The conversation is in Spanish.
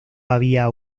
había